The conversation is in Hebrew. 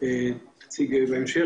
במובן